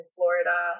Florida